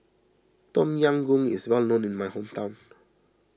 Tom Yam Goong is well known in my hometown